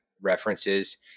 references